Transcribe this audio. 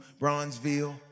Bronzeville